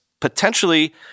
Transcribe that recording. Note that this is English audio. potentially